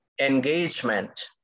engagement